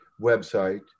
website